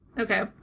Okay